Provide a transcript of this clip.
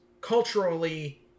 Culturally